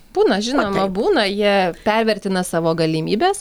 būna žinoma būna jie pervertina savo galimybes